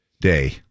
Day